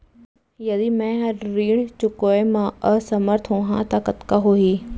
यदि मैं ह ऋण चुकोय म असमर्थ होहा त का होही?